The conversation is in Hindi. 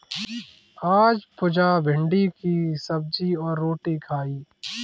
आज पुजा भिंडी की सब्जी एवं रोटी खाई